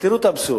תראו את האבסורד.